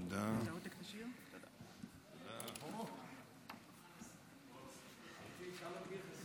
הגורו הגדול שלהם כמעט נכנס פה